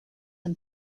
and